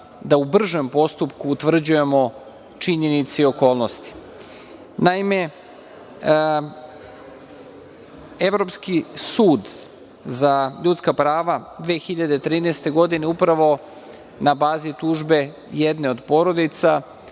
da u bržem postupku utvrđujemo činjenice i okolnosti. Naime, Evropski sud za ljudska prava 2013. godine, upravo na bazi tužbe jedne od porodica,